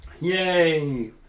Yay